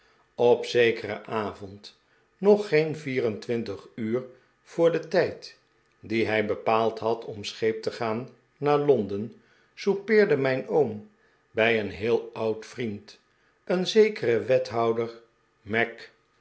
op zekeren avond nog geen vier en twtintig uur voor den tijd dien hij bepaald had ora scheep te gaan naar londen soupecrde mijn oom bij een heel oud vriend een zekeren wethouder mac